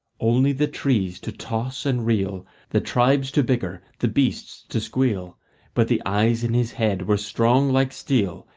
only the trees to toss and reel, the tribes to bicker, the beasts to squeal but the eyes in his head were strong like steel,